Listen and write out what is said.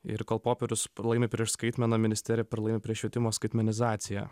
ir kol popierius pralaimi prieš skaitmeną ministerija pralaimi prieš švietimo skaitmenizaciją